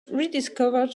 rediscovered